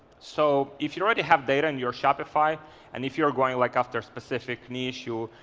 so if you already have data in your shopify and if you're going like after specific knee issue,